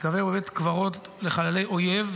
תיקבר בבית קברות לחללי אויב,